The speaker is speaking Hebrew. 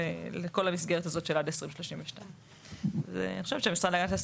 לכל המסגרת הזאת של עד 2032. אני חושבת שנרצה